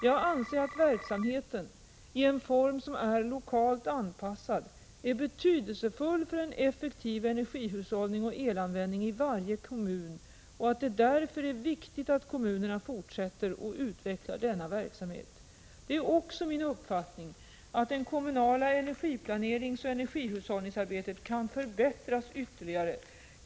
Jag anser att verksamheten — i lokalt anpassad form — är betydelsefull för en effektiv energihushållning och elanvändning i varje kommun och att det därför är viktigt att kommunerna fortsätter och utvecklar denna verksamhet. Det är också min uppfattning att det kommunala energiplaneringsoch energihushållningsarbetet kan förbättras ytterligare.